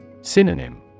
Synonym